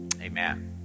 Amen